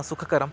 सुखकरम्